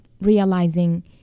realizing